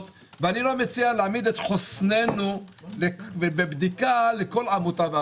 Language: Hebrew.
ואני לא מציע להעמיד את חוסננו ובבדיקה לכל עמותה.